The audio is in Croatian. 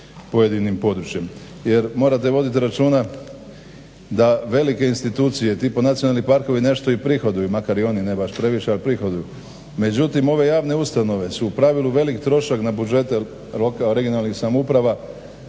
pojedinim područjem jer morate voditi računa da velike institucije tipa nacionalni parkovi nešto i prihoduju makar i one na baš previše ali prihoduju. Međutim ove javne ustanove su u pravilu velik trošak regionalnih samouprava